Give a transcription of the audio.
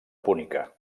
púnica